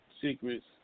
secrets